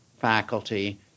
faculty